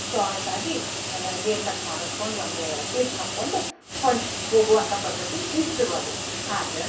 short ಆಗಿ hair cut ಮಾಡಿಸ್ಕೊಂಡು ಒಂದು ಕ್ಲಿಪ್ ಹಾಕ್ಕೊಂಡು ಹೊಂಟು ಹೋಗುವಂಥಾ ಪದ್ಧತಿ ಈಗ ಶುರುವಾಗ್ಯದ ಆದ್ರ